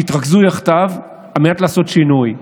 שיתרכזו יחדיו על מנת לעשות שינוי.